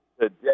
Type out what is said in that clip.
today